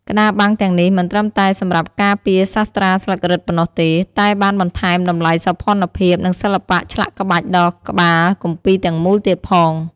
ក្តារបាំងទាំងនេះមិនត្រឹមតែសម្រាប់ការពារសាត្រាស្លឹករឹតប៉ុណ្ណោះទេ តែបានបន្ថែមតម្លៃសោភ័ណភាព និងសិល្បៈឆ្លាក់ក្បាច់ដល់ក្បាលគម្ពីរទាំងមូលទៀតផង។